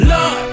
Lord